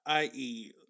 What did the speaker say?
ie